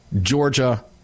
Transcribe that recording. Georgia